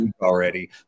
already